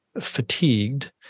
fatigued